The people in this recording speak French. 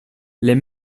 les